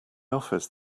office